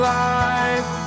life